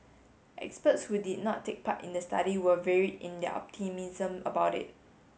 experts who did not take part in the study were varied in their optimism about it